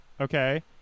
Okay